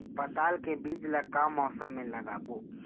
पताल के बीज ला का मौसम मे लगाबो?